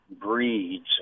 breeds